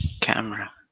camera